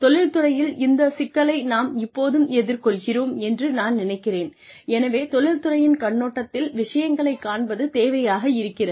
தொழிற்துறையில் இந்த சிக்கலை நாம் இப்போதும் எதிர்கொள்கிறோம் என்று நான் நினைக்கிறேன் எனவே தொழில் துறையின் கண்ணோட்டத்தில் விஷயங்களைக் காண்பது தேவையாக இருக்கிறது